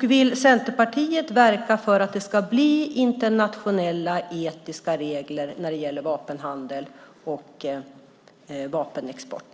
Vill Centerpartiet verka för att det ska bli internationella etiska regler när det gäller vapenhandel och vapenexport?